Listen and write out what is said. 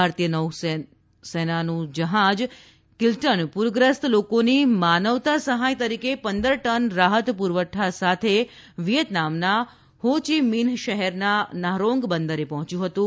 ભારતીય નૌકાદળનું જહાજ કિલ્ટનપૂરગ્રસ્ત લોકોની માનવતા સહાય તરીકે પંદર ટન રાહત પુરવઠા સાથે વિચેટનામના હો ચીમિન્ઠ શહેરના નહારોંગ બંદરે પહોંચ્યું હતું